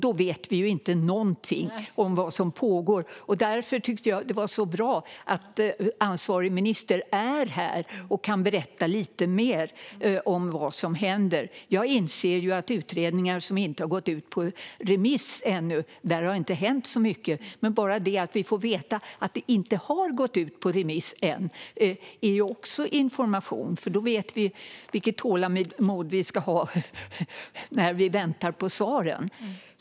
Då vet vi inte någonting om vad som pågår. Det var därför som det är så bra att ansvarig minister är här och kan berätta lite mer om vad som händer. Jag inser att med utredningar som inte har gått ut på remiss ännu har det inte hänt så mycket. Men bara det att vi får veta att det inte har gått ut på remiss än är också information. Då vet vi vilket tålamod vi ska ha när vi väntar på svaren.